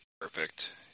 perfect